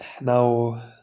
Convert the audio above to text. Now